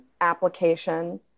application